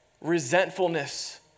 resentfulness